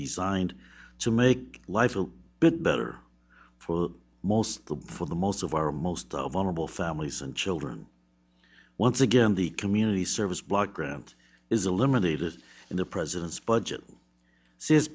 designed to make life a bit better for most for the most of our most vulnerable families and children once again the community service block grant is eliminated and the president's budget says